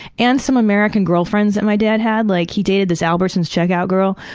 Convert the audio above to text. and some american girlfriends that my dad had. like he dated this albertson's checkout girl,